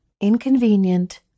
inconvenient